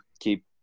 keep